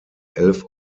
elf